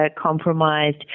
compromised